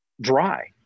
dry